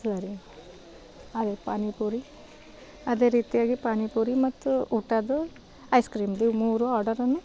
ಸರಿ ಅದೇ ಪಾನಿಪುರಿ ಅದೇ ರೀತಿಯಾಗಿ ಪಾನಿಪುರಿ ಮತ್ತು ಊಟದ್ದು ಐಸ್ ಕ್ರೀಂದು ಇವು ಮೂರು ಆರ್ಡರನ್ನು